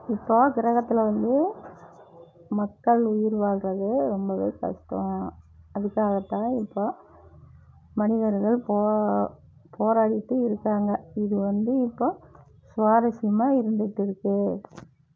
இப்போ கிரகத்தில் வந்து மக்கள் உயிர் வாழுறது ரொம்பவே கஷ்டம் அதற்காகத்தான் இப்போ மனிதர்கள் போரடிகிட்டு இருகாங்க இது வந்து இப்போ சுவாரசியமாக இருந்துகிட்டு இருக்கு